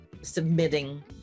submitting